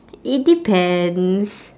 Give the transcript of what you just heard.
it depends